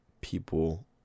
people